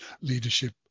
leadership